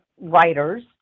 writers